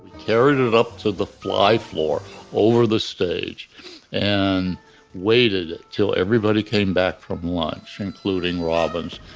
carried it up to the fly floor over the stage and waited till everybody came back from lunch, including robbins.